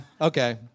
okay